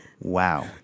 Wow